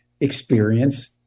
experience